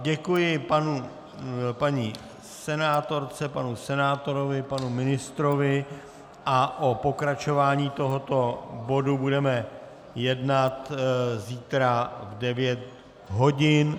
Děkuji paní senátorce, panu senátorovi, panu ministrovi a o pokračování tohoto bodu budeme jednat zítra v 9 hodin.